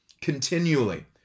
continually